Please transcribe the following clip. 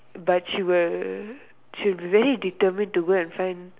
but she will she will be very determine to go and find